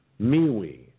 MeWe